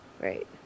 Right